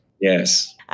Yes